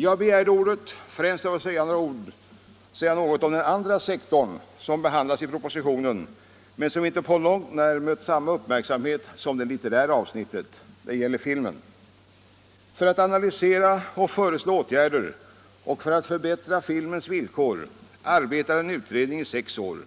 Jag begärde ordet främst för att få säga något om den andra sektorn som behandlas i propositionen, men som inte på långt när mött samma uppmärksamhet som litteraturavsnittet. Det gäller filmen. För att analysera och föreslå åtgärder och för att förbättra filmens villkor arbetade en utredning i sex år.